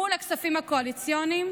מול הכספים הקואליציוניים,